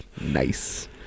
Nice